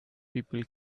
people